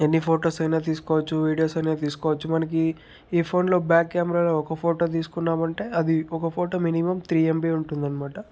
ఎన్ని ఫొటోస్ అయినా తీసుకోవచ్చు వీడియోస్ అయినా తీసుకోవచ్చు మనకి ఈ ఫోన్లో బ్యాక్ కెమెరాతో ఒక ఫోటో తీసుకున్నామంటే అది ఒక ఫోటో మినిమమ్ త్రీ ఎంబి ఉంటుందనమాట